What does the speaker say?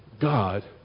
God